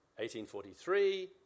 1843